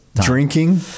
Drinking